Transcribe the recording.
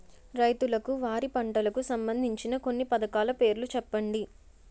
రైతులకు వారి పంటలకు సంబందించిన కొన్ని పథకాల పేర్లు చెప్పండి?